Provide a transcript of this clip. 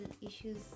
issues